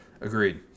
Agreed